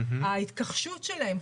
ההתכחשות שלהם,